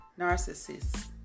narcissist